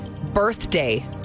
birthday